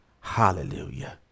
hallelujah